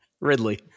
ridley